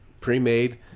pre-made